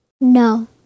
no